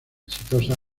exitosa